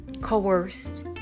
coerced